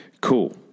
Cool